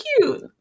cute